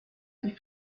die